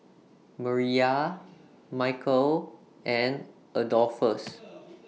Mariyah Micheal and Adolphus